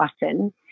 button